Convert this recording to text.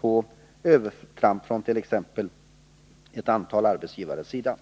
på övertramp från t.ex. ett antal arbetsgivares sida.